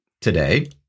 today